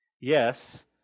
Yes